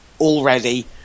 already